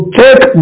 take